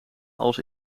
als